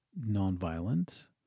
nonviolent